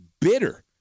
bitter